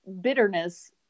bitterness